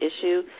issue